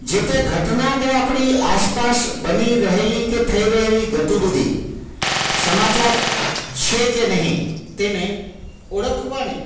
જે તે ઘટના કે આપણી આસપાસ બની રહેલી કે થઈ રહેલી ગતિ વિધિ સમાચાર છે કે નહીં તેને ઓળખવાની